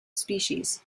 species